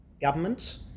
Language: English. governments